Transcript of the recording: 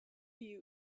you